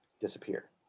disappear